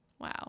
Wow